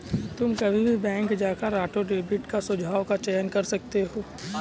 तुम कभी भी बैंक जाकर ऑटो डेबिट का सुझाव का चयन कर सकते हो